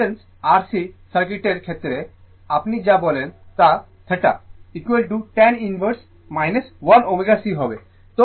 capacity R C সার্কিটের ক্ষেত্রে আপনি যা বলেন তা θ tan ইনভার্স 1 ω c হবে